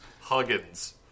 Huggins